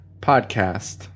podcast